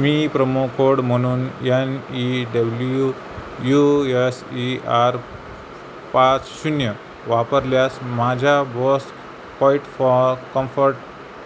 मी promo code म्हणून N E W U S E R पाच शून्य वापरल्यास माझ्या बॉस क्वाईटफॉ कम्फर्ट